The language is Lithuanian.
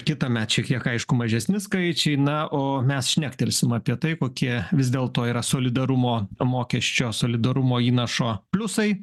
kitąmet šiek tiek aišku mažesni skaičiai na o mes šnektelsim apie tai kokie vis dėlto yra solidarumo mokesčio solidarumo įnašo pliusai